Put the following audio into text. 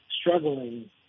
struggling